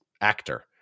actor